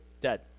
dead